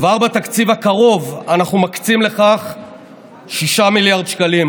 כבר בתקציב הקרוב אנחנו מקצים לכך 6 מיליארד שקלים.